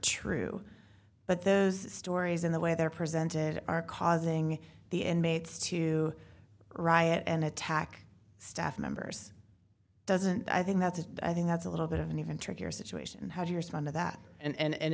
true but those stories in the way they're presented are causing the inmates to riot and attack staff members doesn't i think that's i think that's a little bit of an even trickier situation how do you respond to that and